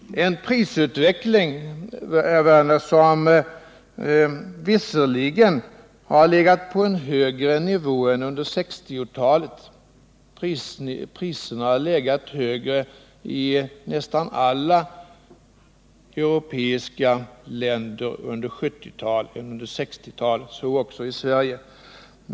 En prisutveckling, herr Werner, som visserligen har legat på en högre nivå än under 1960-talet, men priserna har, i nästan alla europeiska länder, legat högre under 1970-talet än under 1960-talet, så också i Sverige.